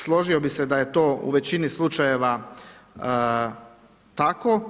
Složio bi se da je to u većini slučajeva tako.